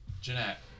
Jeanette